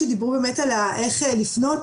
דיברו על איך לפנות,